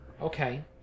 Okay